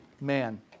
man